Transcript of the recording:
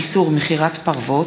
איסור מכירת פרוות),